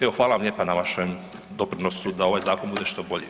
Evo, hvala vam lijepa na vašem doprinosu da ovaj zakon bude što bolji.